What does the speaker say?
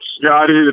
Scotty